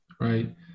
right